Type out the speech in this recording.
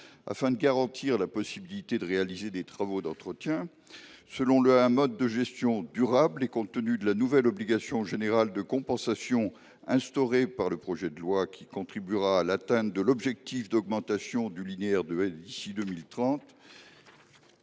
Afin de garantir la possibilité de réaliser des travaux d’entretien selon un mode de gestion durable et compte tenu de la nouvelle obligation générale de compensation instaurée par le projet de loi, qui contribuera à atteindre l’objectif d’augmentation du linéaire de haies d’ici à 2030,